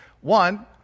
one